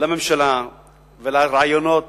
לממשלה ולרעיונות